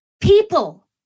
people